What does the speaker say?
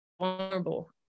vulnerable